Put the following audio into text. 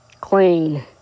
clean